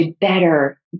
better